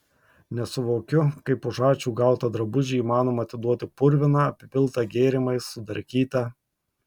nesuvokiu kaip už ačiū gautą drabužį įmanoma atiduoti purviną apipiltą gėrimais sudarkytą